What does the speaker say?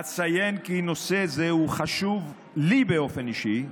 אציין שנושא זה חשוב לי באופן אישי.